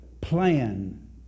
plan